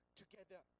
together